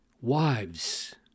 wives